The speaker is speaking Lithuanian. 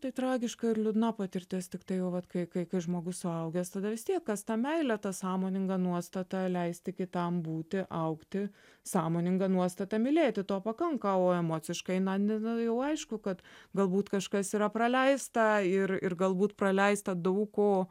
tai tragiška ir liūdna patirtis tiktai jau vat kai kai žmogus suaugęs tada vis tiek kas ta meilė tą sąmoningą nuostatą leisti kitam būti augti sąmoninga nuostata mylėti to pakanka o emociškai na na jau aišku kad galbūt kažkas yra praleista ir ir galbūt praleista daug ko